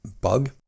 bug